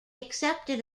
accepted